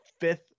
fifth